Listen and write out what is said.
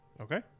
Okay